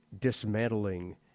dismantling